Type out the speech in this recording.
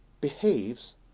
behaves